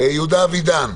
יהודה אבידן.